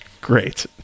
Great